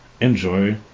enjoy